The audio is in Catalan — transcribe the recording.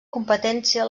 competència